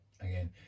again